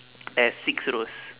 there's six rows